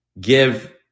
give